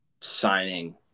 signing